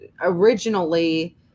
originally